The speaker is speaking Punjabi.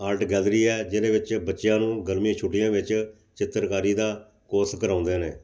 ਆਰਟ ਗੈਲਰੀ ਹੈ ਜਿਹਦੇ ਵਿੱਚ ਬੱਚਿਆਂ ਨੂੰ ਗਰਮੀ ਛੁੱਟੀਆਂ ਵਿੱਚ ਚਿੱਤਰਕਾਰੀ ਦਾ ਕੋਰਸ ਕਰਵਾਉਂਦੇ ਨੇ